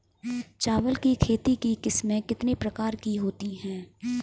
चावल की खेती की किस्में कितने प्रकार की होती हैं?